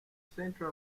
center